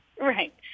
right